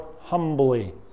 humbly